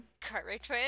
Cartwright